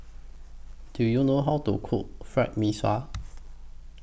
Do YOU know How to Cook Fried Mee Sua